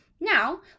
Now